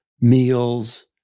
meals